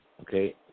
okay